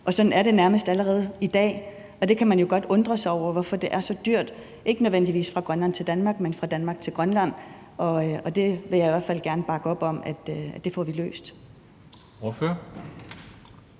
og sådan er det næsten også i dag. Og man kan jo godt undre sig over, hvorfor det er så dyrt, ikke nødvendigvis fra Grønland til Danmark, men fra Danmark til Grønland, og det vil jeg i hvert fald gerne bakke op om at vi får løst. Kl.